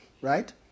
right